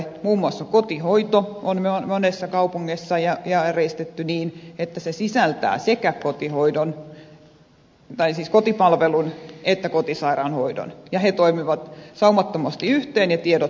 muun muassa kotihoito on monessa kaupungissa järjestetty niin että se sisältää sekä kotipalvelun että kotisairaanhoidon ja ne toimivat saumattomasti yhteen ja tiedot myöskin vaihtuvat